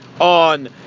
on